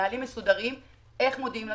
נהלים מסודרים איך מודיעים למשפחות,